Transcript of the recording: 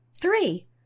Three